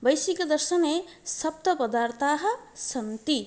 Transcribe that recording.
वैशेषिकदर्शने सप्तपदार्थाः सन्ति